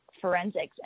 forensics